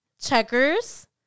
checkers